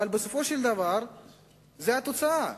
אבל בסופו של דבר זאת התוצאה,